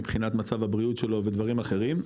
מבחינת מצב הבריאות שלו ודברים אחרים?